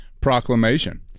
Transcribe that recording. proclamation